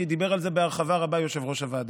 כי דיבר על זה בהרחבה רבה יושב-ראש הוועדה.